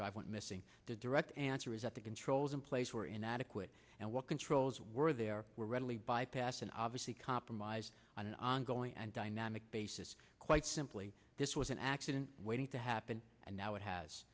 drive went missing the direct answer is that the controls in place were inadequate and what controls were there were readily bypassed an obviously compromised on an ongoing and dynamic basis quite simply this was an accident waiting to happen and now it has